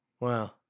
Wow